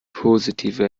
positive